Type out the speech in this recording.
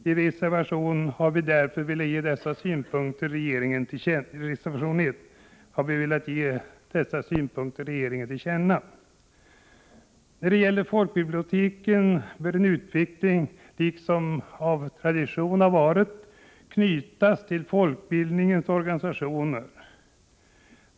I reservation 1 framhåller vi att dessa synpunkter bör ges regeringen till känna. När det gäller folkbiblioteken bör en utveckling — liksom av tradition varit fallet — knytas till folkbildningens organisationer.